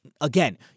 Again